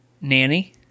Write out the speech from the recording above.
Nanny